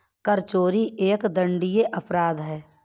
कर चोरी एक दंडनीय अपराध है